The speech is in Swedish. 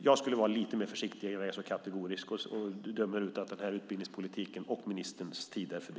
Jag skulle vara lite mer försiktig och inte vara så kategorisk och döma ut att utbildningspolitikens och ministerns tid är förbi.